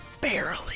barely